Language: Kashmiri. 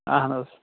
اَہَن حظ